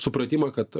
supratimą kad